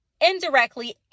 indirectly